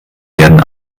werden